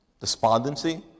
despondency